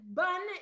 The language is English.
bun